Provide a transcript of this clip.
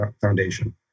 foundation